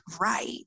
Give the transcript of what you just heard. right